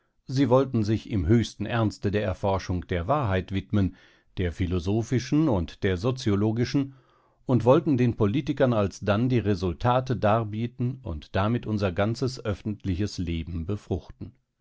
sie wollten sich im höchsten ernste der erforschung der wahrheit widmen der philosophischen und der soziologischen und wollten den politikern alsdann die resultate darbieten und damit unser ganzes öffentliches leben befruchten